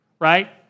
right